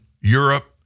Europe